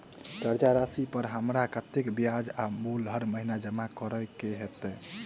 कर्जा राशि पर हमरा कत्तेक ब्याज आ मूल हर महीने जमा करऽ कऽ हेतै?